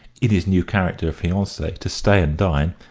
in his new character of fiance, to stay and dine,